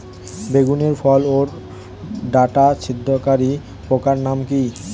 বেগুনের ফল ওর ডাটা ছিদ্রকারী পোকার নাম কি?